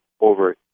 over